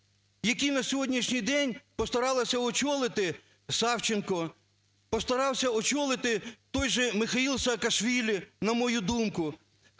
які на сьогоднішній день постаралася очолити Савченко, постарався очолити той же Михаїл Саакашвілі, на мою думку.